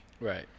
Right